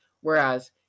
Whereas